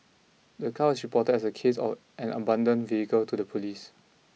the car was reported as a case of an abandoned vehicle to the police